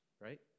right